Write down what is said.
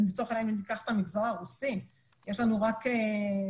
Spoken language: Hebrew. לצורך העניין אם ניקח את המגזר הרוסי יש לנו רק את